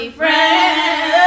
friends